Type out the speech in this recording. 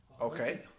Okay